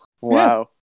wow